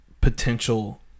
potential